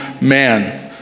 man